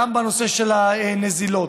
גם בנושא של הנזילות,